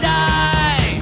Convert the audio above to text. die